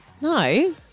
No